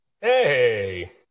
Hey